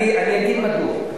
אני אגיד מדוע.